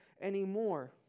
anymore